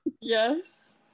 Yes